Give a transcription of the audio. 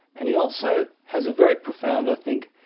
and he also has a very profound, i think,